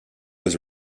was